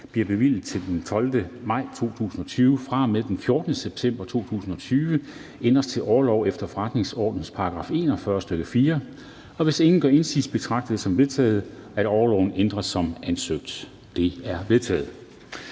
blev bevilget den 12. maj 2020, fra og med den 14. september 2020 ændres til orlov efter forretningsordenens § 41, stk. 4. Hvis ingen gør indsigelse, betragter jeg det som vedtaget, at orloven ændres som ansøgt. Det er vedtaget.